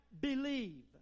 believe